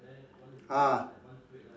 ah